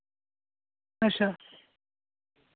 अच्छा